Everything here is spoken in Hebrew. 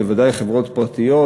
בוודאי חברות פרטיות,